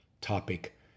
topic